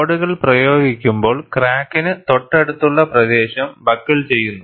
ലോഡുകൾ പ്രയോഗിക്കുമ്പോൾ ക്രാക്കിന് തൊട്ടടുത്തുള്ള പ്രദേശം ബക്കിൾ ചെയ്യുന്നു